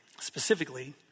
specifically